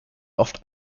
oft